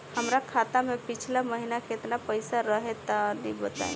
हमरा खाता मे पिछला महीना केतना पईसा रहे तनि बताई?